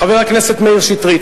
חבר הכנסת מאיר שטרית,